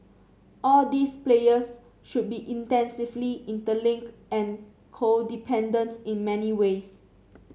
all these players should be intensively interlink and codependent in many ways